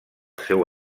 seu